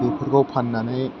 बेफोरखौ फाननानै